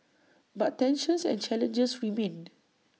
but tensions and challenges remain